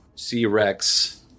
C-Rex